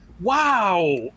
wow